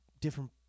different